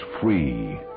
free